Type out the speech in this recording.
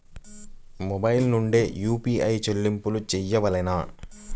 Mobile నుండే UPI చెల్లింపులు చేయవలెనా?